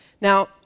Now